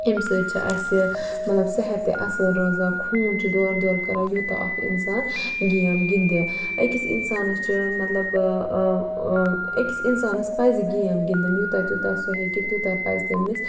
تَمہِ سۭتۍ چھُ اَسہِ مطلب صیحت تہِ اصل روزان خون چھُ دورٕ دورٕ کَران یوتاہ اَکھ اِنسان گیم گِندِ أکِس اِنسانَس چھُ مطلب أکِس اِنسانَس پَزِ گیم گِندٕنۍ یوتاہ تیوتاہ سُہ ہیکہِ تیوتاہ پَزِ تٔمِس